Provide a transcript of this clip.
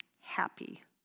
happy